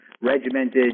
regimented